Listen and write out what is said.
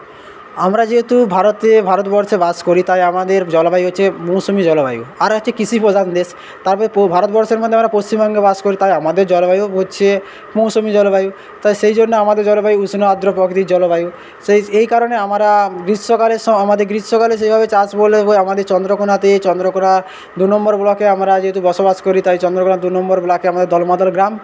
আমরা যেহেতু ভারতে ভারতবর্ষে বাস করি তাই আমাদের জলবায়ু হচ্ছে মৌসুমি জলবায়ু আর হচ্ছে কৃষিপ্রধান দেশ তারপরে ভারতবর্ষের মধ্যে পশ্চিমবঙ্গে বাস করি তাই আমাদের জলবায়ু হচ্ছে মৌসুমি জলবায়ু তাই সেই জন্য আমাদের জলবায়ু উষ্ণ আদ্র প্রকৃতির জলবায়ু সেই এই কারণে আমরা গ্রীষ্মকালে আমাদের গ্রীষ্মকালে সেইভাবে চাষ বলতে আমাদের চন্দ্রকোনাতে চন্দ্রকোনা দু নম্বর ব্লকে আমরা যেহেতু বসবাস করি তাই চন্দ্রকোনা দু নম্বর ব্লকে আমাদের দলমাদল গ্রাম